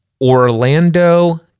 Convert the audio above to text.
Orlando